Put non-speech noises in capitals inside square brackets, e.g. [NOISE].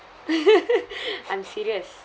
[LAUGHS] I'm serious